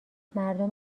مردم